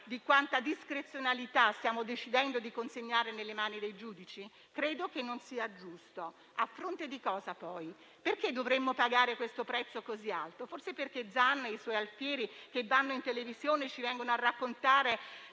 di quanta discrezionalità stiamo decidendo di consegnare nelle mani dei giudici? Credo che non sia giusto. A fronte di cosa, poi? Perché dovremmo pagare questo prezzo così alto? Forse perché Zan e i suoi alfieri che vanno in televisione ci vengono a raccontare